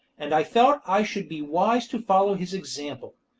and i felt i should be wise to follow his example.